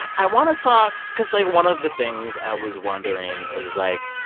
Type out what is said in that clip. i want to talk because, like, one of the things i was wondering is, like,